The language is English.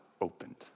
opened